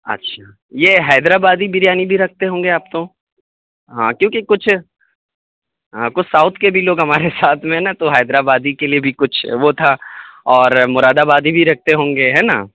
اچھا یہ حیدر آبادی بریانی بھی رکھتے ہوں گے آپ تو ہاں کیوںکہ کچھ ہاں کچھ ساؤتھ کے لوگ بھی ہمارے ساتھ میں ہیں نا تو حیدر آبادی کے لیے بھی کچھ وہ تھا اور مراد آبادی بھی رکھتے ہوں گے ہے نا